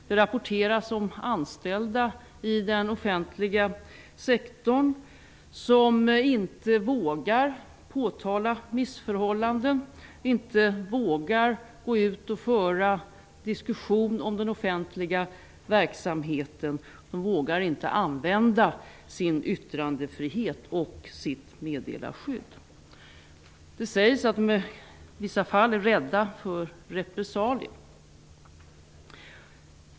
Det rapporteras om anställda i den offentliga sektorn som inte vågar påtala missförhållanden eller gå ut och föra diskussion om den offentliga verksamheten. Man vågar inte använda sin yttrandefrihet och sitt meddelarskydd. Det sägs att de i vissa fall är rädda för repressalier.